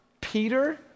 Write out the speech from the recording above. Peter